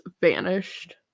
vanished